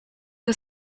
was